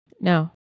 No